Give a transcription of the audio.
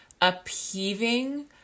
upheaving